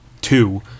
two